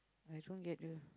I don't get you